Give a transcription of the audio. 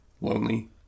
Lonely